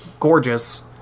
Gorgeous